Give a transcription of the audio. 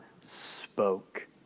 spoke